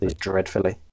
dreadfully